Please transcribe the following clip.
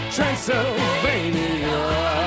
Transylvania